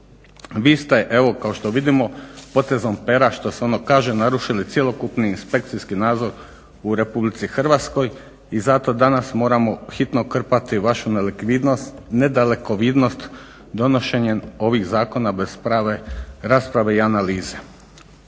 vi ste evo kao što vidimo potezom pera što se ono kaže narušili cjelokupni inspekcijski nadzor u Republici Hrvatskoj i zato danas moramo hitno krpati vašu nelikvidnost, nedalekovidnost donošenjem ovih zakona bez prave rasprave i analize.